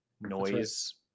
noise